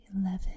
Eleven